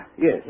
Yes